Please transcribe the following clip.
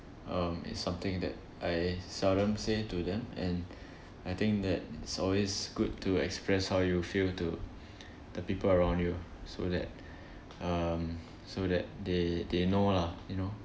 um it's something that I seldom say to them and I think that it's always good to express how you feel to the people around you so that um so that they they know lah you know